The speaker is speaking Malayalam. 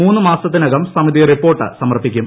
മൂന്ന് മാസത്തിനകം സമിതി റിപ്പോർട്ട് സമർപ്പിക്കും